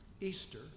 Easter